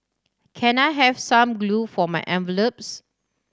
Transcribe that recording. can I have some glue for my envelopes